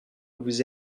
vous